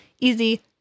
easy